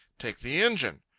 take the engine.